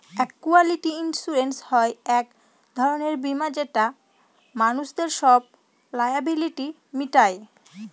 casualty insurance হয় এক ধরনের বীমা যেটা মানুষদের সব লায়াবিলিটি মিটায়